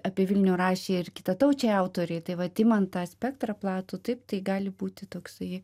apie vilnių rašė ir kitataučiai autoriai tai vat imant tą spektrą platų taip tai gali būti toksai